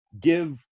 give –